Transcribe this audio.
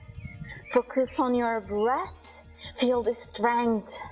focus on your breath feel the strength,